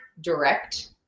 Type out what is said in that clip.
direct